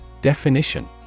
Definition